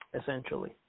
essentially